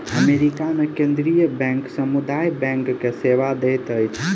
America मे केंद्रीय bank समुदाय बैंक के सेवा दैत अछि